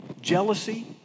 Jealousy